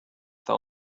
they